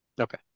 Okay